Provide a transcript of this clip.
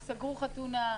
הם סגרו חתונה,